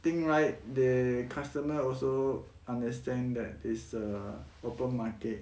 thing right they customer also understand that is a open market